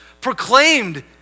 proclaimed